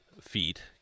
feet